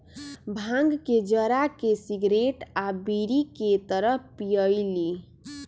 भांग के जरा के सिगरेट आ बीड़ी के तरह पिअईली